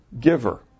giver